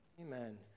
Amen